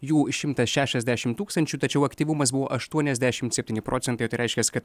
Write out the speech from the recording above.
jų šimtas šešiasdešim tūkstančių tačiau aktyvumas buvo aštuoniasdešim septyni procentai tai reiškias kad